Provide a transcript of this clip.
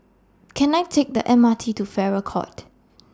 Can I Take The M R T to Farrer Court